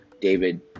David